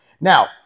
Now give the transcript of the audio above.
Now